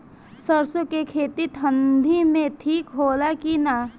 सरसो के खेती ठंडी में ठिक होला कि ना?